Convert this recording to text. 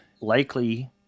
likely